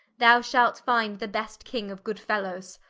thou shalt finde the best king of good-fellowes.